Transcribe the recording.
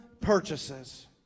purchases